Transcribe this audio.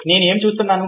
నేను ఏమి చూస్తున్నాను